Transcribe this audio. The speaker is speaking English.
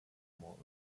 mall